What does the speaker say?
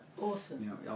Awesome